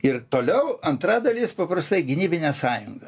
ir toliau antra dalis paprastai gynybinė sąjunga